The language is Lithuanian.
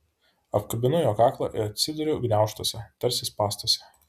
apkabinu jo kaklą ir atsiduriu gniaužtuose tarsi spąstuose